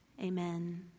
Amen